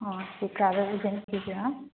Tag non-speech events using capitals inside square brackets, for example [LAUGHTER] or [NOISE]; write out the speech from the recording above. ꯑꯥ [UNINTELLIGIBLE]